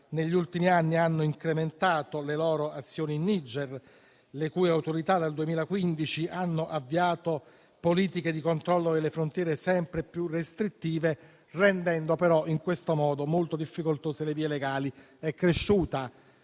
negli ultimi anni hanno incrementato le loro azioni in Niger, le cui autorità dal 2015 hanno avviato politiche di controllo delle frontiere sempre più restrittive, rendendo però in questo modo molto difficoltose le vie legali. È cresciuta